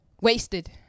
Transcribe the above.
Wasted